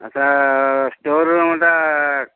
ଆଚ୍ଛା ଷ୍ଟୋର୍ ରୁମ୍ଟା